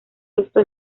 esto